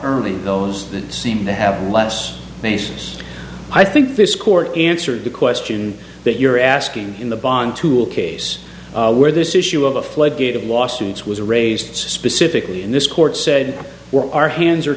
early those that seem to have less basis i think this court answered the question that you're asking in the bong tool case where this issue of a floodgate of lawsuits was raised specifically in this court said we're our hands are